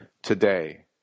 Today